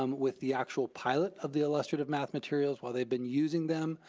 um with the actual pilot of the illustrative math materials. while they've been using them,